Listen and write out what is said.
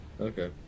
Okay